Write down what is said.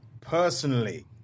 personally